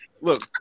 look